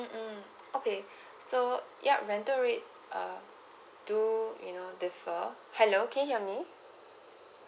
mm mm okay so yup rental rates uh to you know refer hello can you hear me